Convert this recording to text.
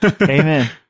amen